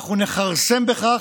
אנחנו נכרסם בכך.